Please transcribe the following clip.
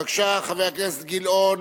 בבקשה, חבר הכנסת גילאון.